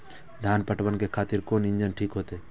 धान पटवन के खातिर कोन इंजन ठीक होते?